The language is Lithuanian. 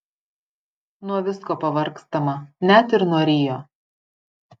nuo visko pavargstama net ir nuo rio